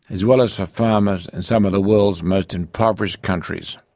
as well as for farmers in some of the world's most impoverished countries.